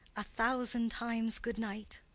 a thousand times good night!